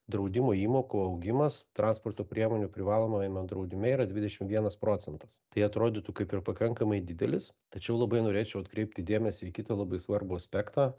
draudimo įmokų augimas transporto priemonių privalomajame draudime yra dvidešim vienas procentas tai atrodytų kaip ir pakankamai didelis tačiau labai norėčiau atkreipti dėmesį į kitą labai svarbų aspektą